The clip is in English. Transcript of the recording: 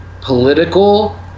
political